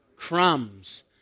crumbs